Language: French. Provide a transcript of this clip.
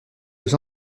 aux